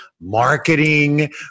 marketing